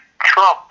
Trump